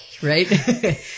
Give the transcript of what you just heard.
Right